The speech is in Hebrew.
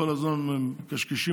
כל הזמן הם מקשקשים,